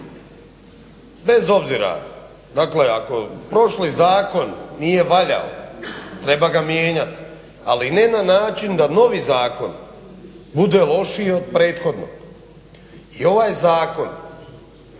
bez obzira, dakle ako prošli zakon nije valjao treba ga mijenjati, ali ne na način da novi zakon bude lošiji od prethodnog. I ovaj zakon,